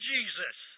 Jesus